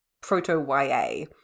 proto-YA